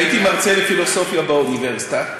כשהייתי מרצה לפילוסופיה באוניברסיטה,